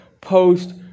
post